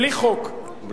בלי חוק.